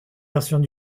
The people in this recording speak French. versions